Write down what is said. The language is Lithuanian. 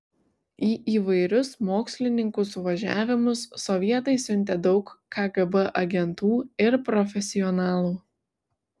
į įvairius mokslininkų suvažiavimus sovietai siuntė daug kgb agentų ir profesionalų